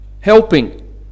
helping